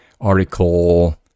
article